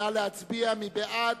נא להצביע, מי בעד?